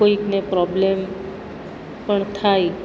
કોઈકને પ્રોબ્લેમ પણ થાય